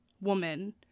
woman